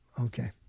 Okay